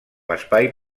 espai